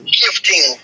gifting